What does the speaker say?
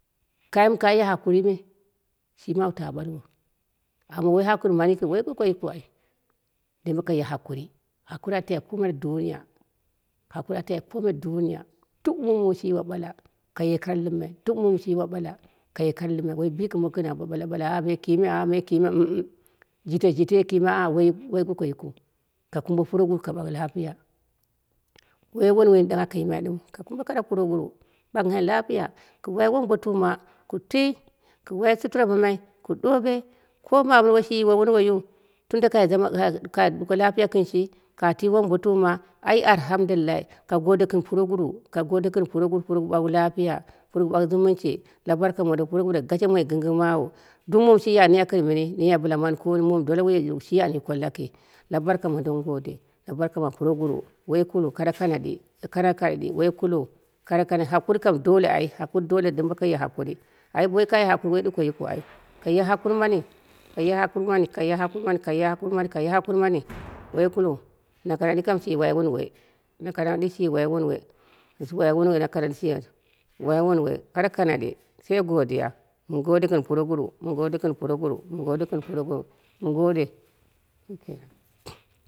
Kai mɨ kai hakurii me, shimi au ta ɓalwo amma woi hakuri mani yikɨu woi ɗuko yikɨu ai dembe kaye hakuri hakuri a tai kome la duniya, hakuri a tai kome la duniya duk muum shi yiwo ɓala kaye kara lɨmmai, duk muum shiyiwo ɓala kaye kora lɨmmai woi bikɨmongo gɨn ambo ɓala ɓala me kime me kime jitejita kime aa woi goko yikɨu ka kumbe puroguruwu ka ɓak lapiya, woi wunduwoi nini aka yimai ɗɨmwu ku wai wombotuma ku twi ku wai shutura mamai ku ɗowe ko mami woishi yiwo wun duwoi yiu tunda kai zama kai kai duko lapiya gɨu shi, ka twi wombotuma ai arhamdullayi, ka gode gɨn puroguruwu, ka gode gɨn pur oguruwu, puroguruwa ɓauwu lafiya, puroguruwu ɓak jumunshi la barka mondo purosuruwu ga she mo gɨngɨng mawu, duk muum shiya niya gɨm mɨni, niya bɨla mani koni muum dola wu yo shi an wukot laki, la barka mondo mɨ ngode, la barka ma puroguruwa, woi kulil kara kanaɗi kare kanaɗi woi kuliu kara kana hakuri kam dole ai hakuri dole dɨm boko ye hakuri ai bowoi kaiya hakuriu woi ɗuko yikɨu ai kaye hakuri mani kaye hakur mani kaye hakuri mani, kaye hakuri mani, kaye hakuri mani, woi kiliu, na kanaɗi kam shi wai wunduwoi, na kanaɗi shi wai wunduwoi, boshi wai wunduwol na kanaɗi shi wai wunduwoi, koro kanaɗi, sai gadiya, mɨ gode sɨn furoguruwu, mɨ gode gɨn puroguruwu mɨ gode gɨn puroguruwu mɨ ngode shikenan.